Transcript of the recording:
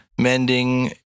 mending